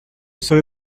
serai